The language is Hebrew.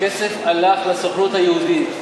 הכסף הלך לסוכנות היהודית,